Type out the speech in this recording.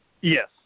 Yes